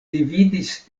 dividis